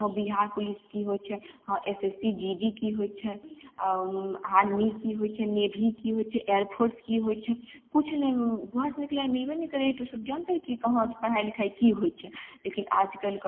हँ बिहार पुलिस की होइ छै हँ S S C G D की होइ छै आर्मी की होइ छै नेवी की होइ छै एयरफोर्स की होइ छै किछु नहि घरसँ निकलय लए मिलबे नहि करय तऽ ओ सब जानिते कि कहाँ की सब पढ़ाइ लिखाइ की होइ छै लेकिन आजकल कऽ